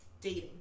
dating